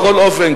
בכל אופן,